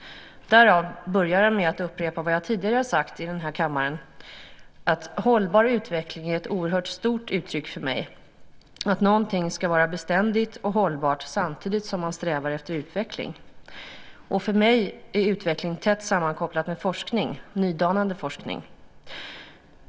Därför börjar jag med att upprepa vad jag tidigare har sagt i den här kammaren: Hållbar utveckling är ett oerhört stort uttryck för mig: att någonting ska vara beständigt och hållbart samtidigt som man strävar efter utveckling. För mig är utveckling tätt sammankopplat med forskning, nydanande forskning.